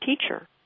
teacher